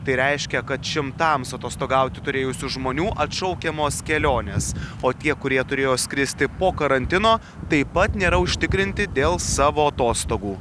tai reiškia kad šimtams atostogauti turėjusių žmonių atšaukiamos kelionės o tie kurie turėjo skristi po karantino taip pat nėra užtikrinti dėl savo atostogų